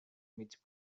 mig